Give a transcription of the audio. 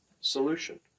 solution